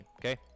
okay